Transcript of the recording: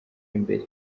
imbere